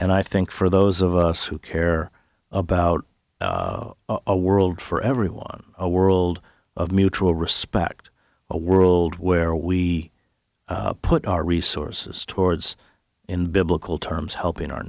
and i think for those of us who care about a world for everyone a world of mutual respect a world where we put our resources towards in biblical terms helping our